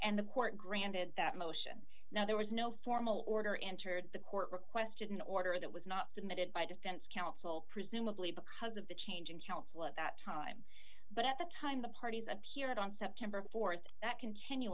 and the court granted that motion now there was no formal order entered the court requested an order that was not submitted by defense counsel presumably because of the change in counsel at that time but at the time the parties appeared on september th that continu